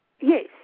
Yes